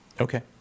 Okay